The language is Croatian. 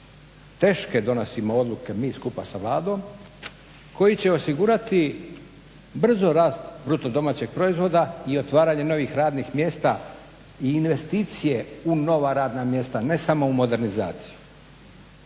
teške donosimo odluke mi skupa sa Vladom koji će osigurati brzo rast BDP-a i otvaranje novih radnih mjesta i investicije u nova radna mjesta, ne samo u modernizaciju.